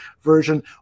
version